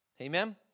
Amen